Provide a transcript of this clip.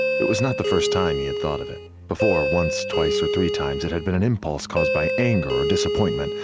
it was not the first time he had thought of it before. once, twice or three times, it had been an impulse caused by anger or disappointment.